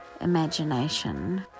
imagination